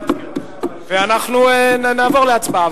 ואנחנו נעבור להצבעה.